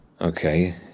Okay